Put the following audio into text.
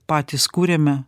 patys kūrėme